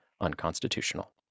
unconstitutional